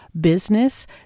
business